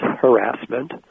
harassment